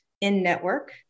in-network